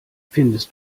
findest